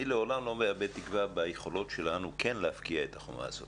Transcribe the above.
אני לעולם לא מאבד תקווה ביכולות שלנו כן להבקיע את החומה הזאת.